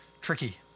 Tricky